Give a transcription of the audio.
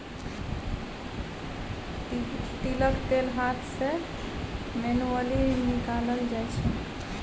तिलक तेल हाथ सँ मैनुअली निकालल जाइ छै